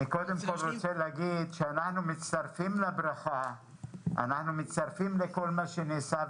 אנחנו מצטרפים לברכה ולכל מה שנעשה,